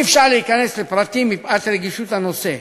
אי-אפשר להיכנס לפרטים, מפאת רגישות הנושא,